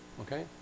okay